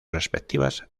respectivas